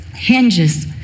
Hinges